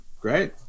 great